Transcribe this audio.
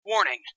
Warning